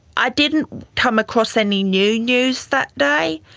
i didn't come across any new news that day,